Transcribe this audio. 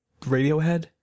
Radiohead